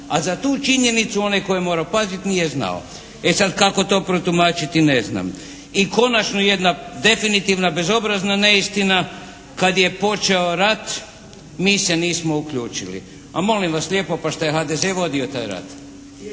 A za tu činjenicu onaj tko je morao paziti nije znao. E sad, kako to protumačiti, ne znam. I konačno jedna definitivna bezobrazna neistina kad je počeo rat mi ste nismo uključili. Pa molim vas lijepo pa šta je HDZ vodio taj rat?